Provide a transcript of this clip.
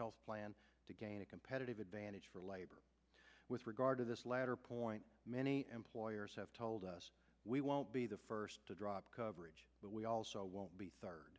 health plan to gain a competitive advantage for labor with regard to this latter point many employers have told us we won't be the first to drop coverage but we also won't be third